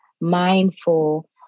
mindful